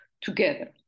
together